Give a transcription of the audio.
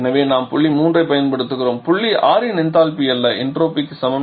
எனவே நாம் புள்ளி 3 ஐப் பயன்படுத்துகிறோம் புள்ளி 6 இன் என்தால்பி அல்ல என்ட்ரோபிக்கு சமம்